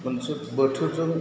मोनसे बोथोरजों